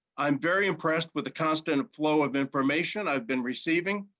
i'm very impressed with the constant flow of information i've been receiving,